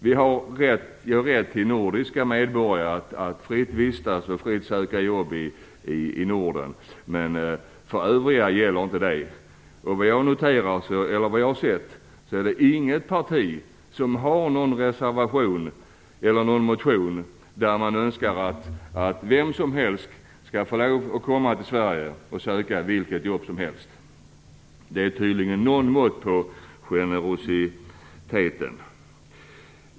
Vi ger rätt till nordiska medborgare att fritt vistas och söka jobb i Norden, men detta gäller inte för övriga medborgare. Vad jag har sett är det inget parti som har en reservation eller motion där man önskar att vem som helst skall få komma till Sverige och söka vilket jobb som helst. Det finns tydligen någon måtta på generositeten.